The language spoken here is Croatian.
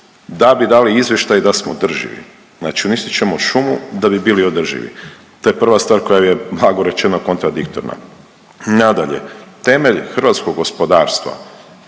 da bi dali izvještaj da smo održivi. Znači uništit ćemo šumu da bi bili održivi. To je prva stvar koja je blago rečeno kontradiktorna. Nadalje, temelj hrvatskog gospodarstva